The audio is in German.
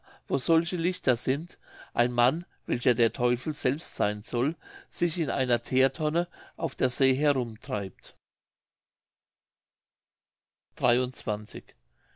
wo solche lichter sind ein mann welcher der teufel selbst seyn soll sich in einer theertonne auf der see herumtreibt